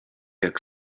jak